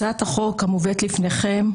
הצעת החוק המובאת לפניכם,